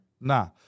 Nah